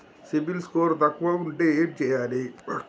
CIBIL score తక్కువ ఉంటే ఏం చేయాలి?